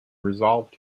resolved